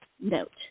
note